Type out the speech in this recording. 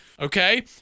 Okay